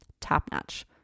top-notch